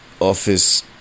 ...office